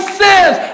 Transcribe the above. sins